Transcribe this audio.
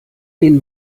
den